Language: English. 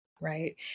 right